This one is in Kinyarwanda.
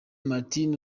martin